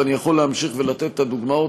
ואני יכול להמשיך ולתת את הדוגמאות,